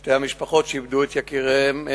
שתי המשפחות שאיבדו את יקיריהן.